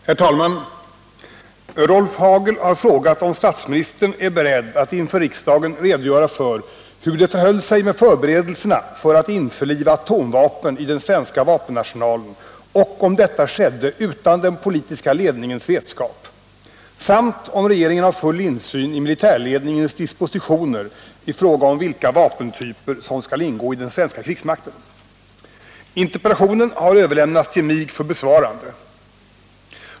Herr talman! Rolf Hagel har frågat om statsministern är beredd att inför riksdagen redogöra för hur det förhöll sig med förberedelserna för att införliva atomvapen i den svenska vapenarsenalen och om detta skedde utan den politiska ledningens vetskap samt om regeringen har full insyn i militärledningens dispositioner i fråga om vilka vapentyper som skall ingå i den svenska krigsmakten. Interpellationen har överlämnats till mig för besvarande.